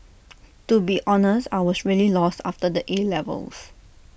to be honest I was really lost after the A levels